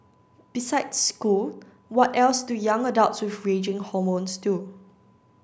besides school what else do young adults with raging hormones do